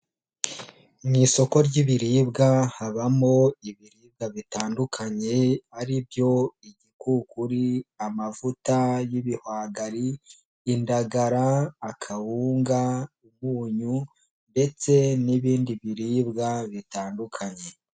Mu isoko ry'ibiribwa habamo ibiribwa bitandukanye ari byo igikukuri, amavuta y'ibihwagari, indagara, akawunga, umunyu ndetse n'ibindi biribwa bitandukanye.